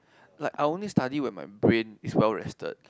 like I only study with my brain is well rested